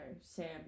Sam